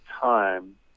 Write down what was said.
time